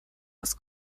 was